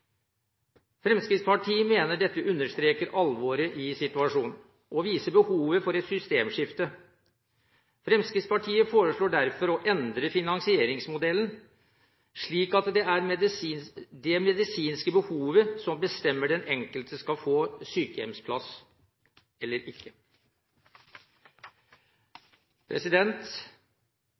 Fremskrittspartiet mener dette understreker alvoret i situasjonen og viser behovet for et systemskifte. Fremskrittspartiet foreslår derfor å endre finansieringsmodellen, slik at det er det medisinske behovet som bestemmer om den enkelte skal få sykehjemsplass eller